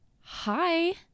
Hi